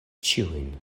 ĉiujn